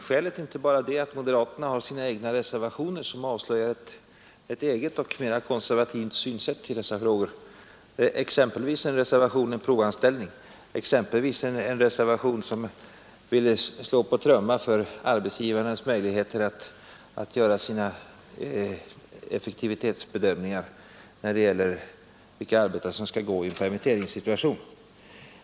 Skälet är inte bara att moderaterna har sina egna reservationer, som avslöjar ett eget och mera konservativt synsätt i dessa frågor — exempelvis en reservation om provanställning och en reservation som vill slå på trumman för arbetsgivarnas möjligheter att göra sina egna effektivitetsbedömningar när det gäller vilka arbetare som skall gå i en permitteringssituation.